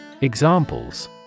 Examples